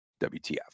WTF